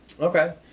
Okay